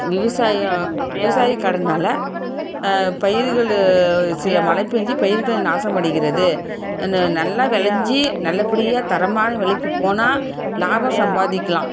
விவசாயம் விவசாயம் கடனால் பயிர்கள் சில மழை பெஞ்சி பயிர்கள் நாசமடைகிறது அந்த நல்லா விளஞ்சி நல்லபடியாக தரமான விலைக்கி போனால் லாபம் சம்பாதிக்கலாம்